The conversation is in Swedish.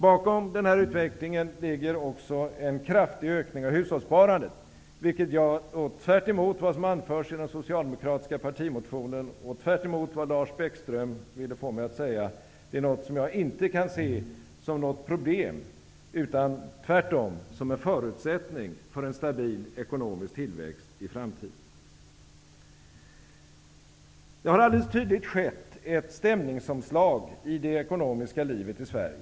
Bakom denna utveckling ligger också en kraftig ökning av hushållssparandet, vilket jag -- tvärtemot vad som anförs i den socialdemokratiska partimotionen och tvärtemot vad Lars Bäckström ville få mig att säga -- inte kan se som något problem utan tvärtom som en förutsättning för en stabil ekonomisk tillväxt i framtiden. Det har alldeles tydligt skett ett stämningsomslag i det ekonomiska livet i Sverige.